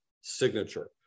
signature